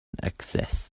access